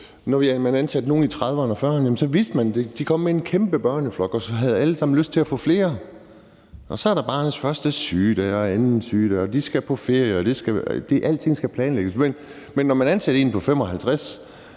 Når man ansatte nogen i 30'erne eller i 40'erne, vidste man, at de kom med en kæmpe børneflok, og at de alle sammen havde lyst til at få flere. Og så er der barnets første sygedag og anden sygedag, og de skal på ferie, og alting skal planlægges. Men når man ansatte en på 55 år,